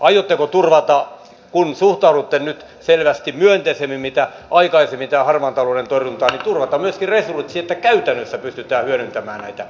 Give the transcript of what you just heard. aiotteko turvata kun suhtaudutte nyt selvästi myönteisemmin kuin aikaisemmin tähän harmaan talouden torjuntaan myöskin resurssit siihen että käytännössä pystytään hyödyntämään näitä kaikkia mahdollisuuksia